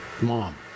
Mom